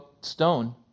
stone